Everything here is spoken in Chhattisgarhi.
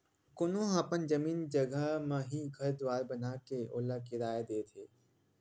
कोनो ह अपन जमीन जघा म ही घर दुवार बनाके ओला किराया देथे